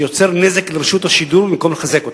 שיוצר נזק לרשות השידור במקום לחזק אותה.